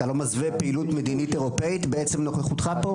אתה לא מסווה פעילות מדיניות אירופאית בעצם נוכחותך פה?